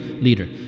leader